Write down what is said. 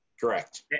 Correct